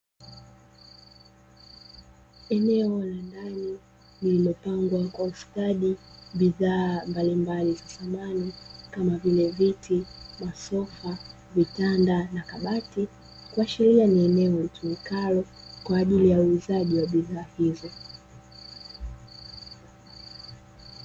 Eneo ambalo limepangwa kwa ustadi bidhaa mbalimbali za samani kama vile viti, masofa, vitanda na kabati kuashiria ni eneo litumikalo kwa ajili ya uuzaji wa bidhaa hizo.